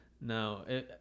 No